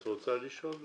את רוצה לשאול,